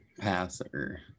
passer